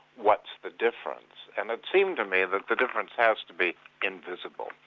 what's the difference? and it seemed to me that the difference has to be invisible.